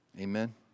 Amen